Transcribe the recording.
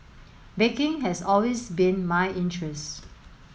baking has always been my interest